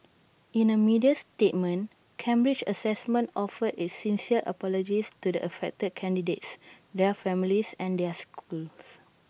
in A media statement Cambridge Assessment offered its sincere apologies to the affected candidates their families and their schools